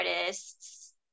artists